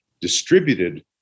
distributed